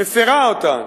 מפירה אותם,